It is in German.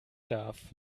darf